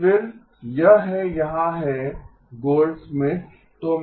फिर यह है यहाँ है गोल्डस्मिथ